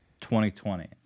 2020